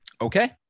okay